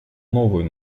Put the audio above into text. новую